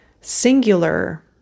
singular